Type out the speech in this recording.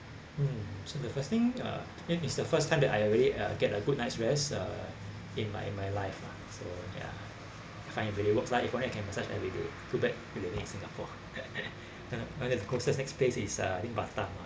mm so the first thing uh then it's the first time that I already ah get a good night's rest uh in my life lah so ya find it really looks like you go there you can massage every day too bad you will need singapore then of course there's next place is uh in batam